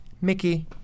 Mickey